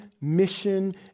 mission